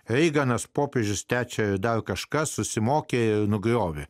eik anas popiežius trečią ir dar kažkas susimokė nugriovė